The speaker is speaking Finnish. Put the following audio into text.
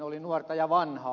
oli nuorta ja vanhaa